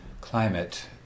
climate